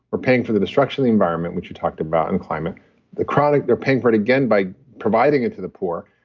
we're paying for the destruction of the environment, which you talked about in climate the chronic, they're paying for it again by providing it to the poor,